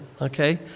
okay